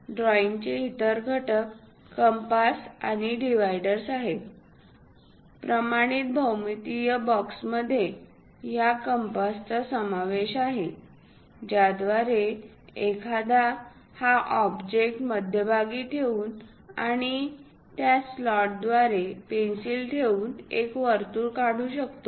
ड्रॉईंगचे इतर घटक कंपास आणि डिव्हायडर्स आहेत प्रमाणित भौमितीय बॉक्समध्ये या कंपासचा समावेश आहे ज्याद्वारे एखादा हा ऑब्जेक्ट मध्यभागी ठेवून आणि त्या स्लॉट द्वारे पेन्सिल ठेवून एक वर्तुळ काढू शकतो